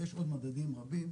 ויש עוד מדדים רבים.